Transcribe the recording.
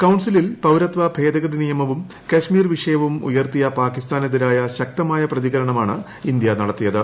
കൌൺസിലിൽ പൌരത്വ ഭേദഗതി നിയമവും കശ്മീർ വിഷയവും ഉയർത്തിയ പാകിസ്ഥാനെതിരായ ശക്തമായ പ്രതികരണമാണ് ഇന്ത്യ നടത്തിയത്